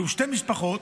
שתי משפחות,